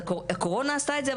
הקורונה עשתה את זה?